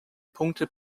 punkte